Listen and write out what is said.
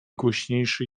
głośniejszy